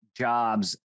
jobs